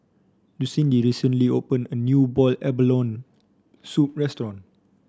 Lucindy recently open a new Boiled Abalone Soup restaurant